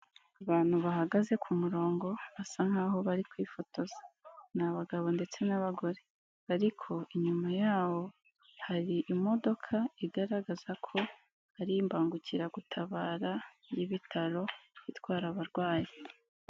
Abantu bahagaze ku murongo basa nk'aho bari kwifotoza, ni abagabo ndetse n'abagore ariko inyuma yabo hari imodoka igaragaza ko ari imbangukiragutabara y'ibitaro itwara abarwayi.